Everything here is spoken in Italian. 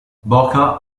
boca